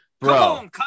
bro